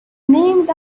named